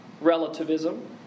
relativism